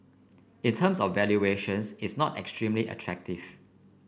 in terms of valuations it's not extremely attractive